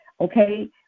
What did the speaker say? Okay